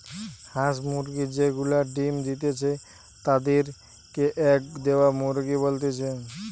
হাঁস মুরগি যে গুলা ডিম্ দিতেছে তাদির কে এগ দেওয়া মুরগি বলতিছে